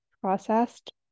processed